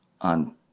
on